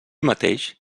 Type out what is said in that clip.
mateix